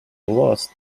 lost